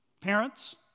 Parents